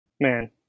Man